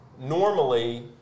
normally